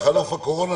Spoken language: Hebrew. בחלוף הקורונה,